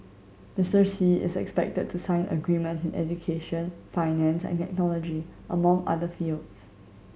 Mister Xi is expected to sign agreement in education finance and technology among other fields